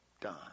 done